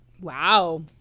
Wow